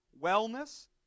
wellness